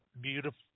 Beautiful